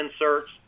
inserts